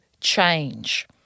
change